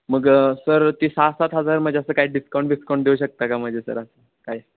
मग सर ती सहा सात हजार म्हणजे असं काही डिस्काउंट बिस्काउंट देऊ शकता का म्हणजे सर असं काय